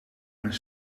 mijn